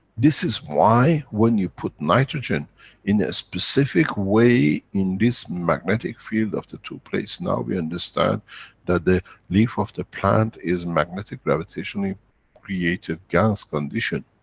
this is why, when you put nitrogen in a specific way, in this magnetic field of the two plates, now we understand, that the leaf of the plant is magnetic-gravitationally create a gans condition.